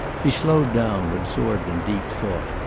he slowed down, absorbed in deep thought.